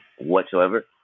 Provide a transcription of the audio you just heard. whatsoever